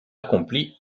accomplie